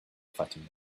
fatima